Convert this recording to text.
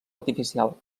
artificial